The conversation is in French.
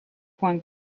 point